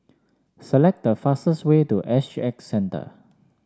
select the fastest way to S G X Centre